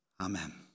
Amen